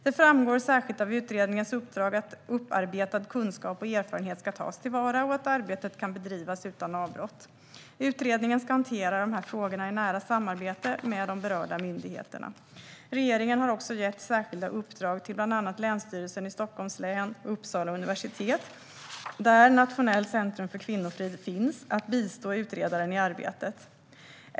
Det framgår särskilt av utredningens uppdrag att upparbetad kunskap och erfarenhet ska tas till vara och att arbetet ska kunna bedrivas utan avbrott. Utredningen ska hantera dessa frågor i nära samarbete med de berörda myndigheterna. Regeringen har också gett bland annat Länsstyrelsen i Stockholms län och Uppsala universitet, där Nationellt centrum för kvinnofrid finns, särskilda uppdrag att bistå utredaren i arbetet.